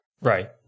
Right